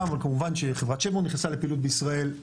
אבל כמובן שחברת שברון נכנסה לפעילות בישראל.